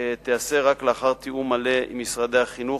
תיעשה רק לאחר תיאום מלא עם משרדי החינוך,